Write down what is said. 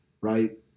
right